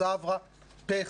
ההצעה עברה פה אחד,